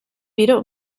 wieder